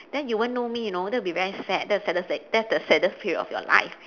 then you won't know me you know that will be very sad that's the saddest that's the saddest period of your life